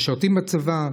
משרתים בצבא,